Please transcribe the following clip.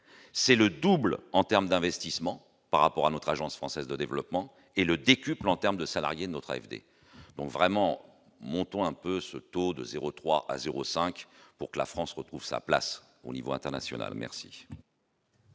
c'est le double. En termes d'investissements par rapport à notre Agence française de développement et le décuple en terme de salariés notre AFD donc vraiment montons un peu ce taux de 0 3 à 0 5 pour que la France retrouve sa place au niveau international, merci.